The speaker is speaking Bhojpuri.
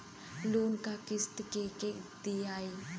लोन क किस्त के के दियाई?